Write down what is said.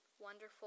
wonderful